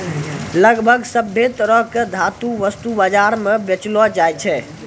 लगभग सभ्भे तरह के धातु वस्तु बाजार म बेचलो जाय छै